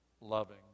loving